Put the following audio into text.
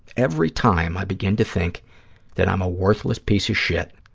every time i begin to think that i'm a worthless piece of shit,